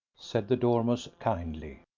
said the dormouse kindly.